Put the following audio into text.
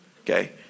Okay